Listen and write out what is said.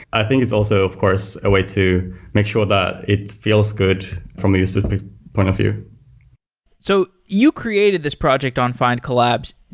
i think it's also of course a way to make sure that it feels good from this but point of view so you created this project on findcollabs.